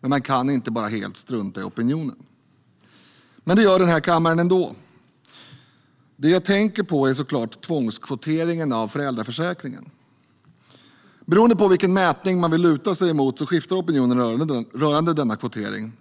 men man kan inte bara helt strunta i opinionen. Men det gör den här kammaren ändå. Det jag tänker på är såklart tvångskvoteringen av föräldraförsäkringen. Beroende på vilken mätning man vill luta sig emot skiftar opinionen rörande denna kvotering.